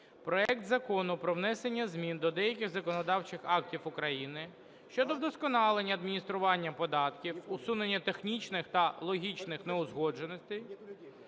проект Закону про внесення змін до деяких законодавчих актів України щодо вдосконалення адміністрування податків, усунення технічних та логічних неузгодженостей